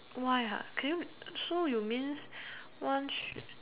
why can you so you means one should